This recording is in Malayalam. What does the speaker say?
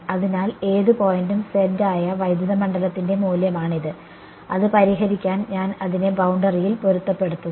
അതിനാൽ ഏത് പോയിന്റും z ആയ വൈദ്യുത മണ്ഡലത്തിന്റെ മൂല്യമാണിത് അത് പരിഹരിക്കാൻ ഞാൻ അതിനെ ബൌണ്ടറിയിൽ പൊരുത്തപ്പെടുത്തുന്നു